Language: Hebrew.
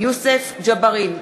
יוסף ג'בארין,